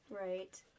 Right